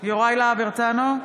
בעד יוראי להב הרצנו,